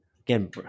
again